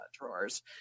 drawers